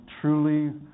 truly